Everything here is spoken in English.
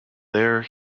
there